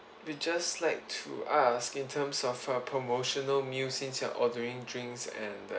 we just like to ask in terms of err promotional meals since you're ordering drinks and the